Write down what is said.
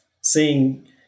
seeing